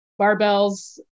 barbells